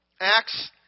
Acts